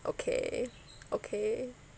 okay okay